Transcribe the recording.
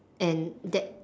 and that